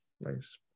Nice